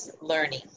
learning